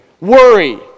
worry